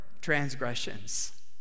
transgressions